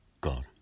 God